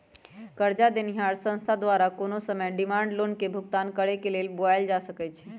करजा देनिहार संस्था द्वारा कोनो समय डिमांड लोन के भुगतान करेक लेल बोलायल जा सकइ छइ